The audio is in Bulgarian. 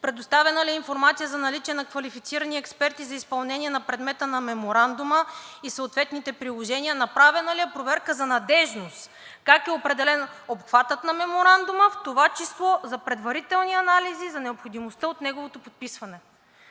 предоставена ли е информация за наличие на квалифицирани експерти за изпълнение на предмета на Меморандума и съответните приложения; направена ли е проверка за надеждност и как е определен обхватът на Меморандума, в това число за предварителни анализи за необходимостта от неговото подписване?“